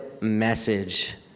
message